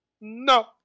No